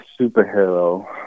superhero